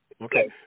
Okay